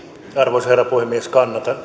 arvoisa herra puhemies kannatan